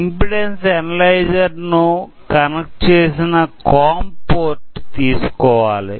impedance analyser ను connect చేసిన COM port తీసుకోవాలి